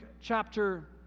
chapter